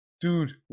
Dude